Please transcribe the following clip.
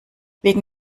wegen